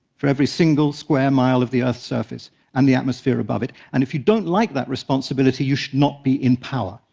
for every single square mile of the earth's surface and the atmosphere above it. and if you don't like that responsibility, you should not be in power.